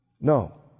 No